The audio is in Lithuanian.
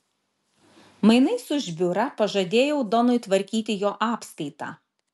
mainais už biurą pažadėjau donui tvarkyti jo apskaitą